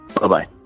Bye-bye